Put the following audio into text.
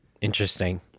interesting